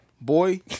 Boy